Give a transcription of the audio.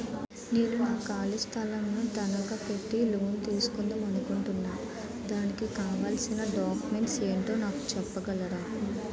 నేను నా ఖాళీ స్థలం ను తనకా పెట్టి లోన్ తీసుకుందాం అనుకుంటున్నా దానికి కావాల్సిన డాక్యుమెంట్స్ ఏంటో నాకు చెప్పగలరా?